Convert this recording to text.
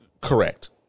Correct